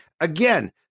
again